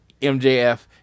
MJF